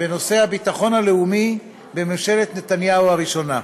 בנושא הביטחון הלאומי, בממשלת נתניהו הראשונה,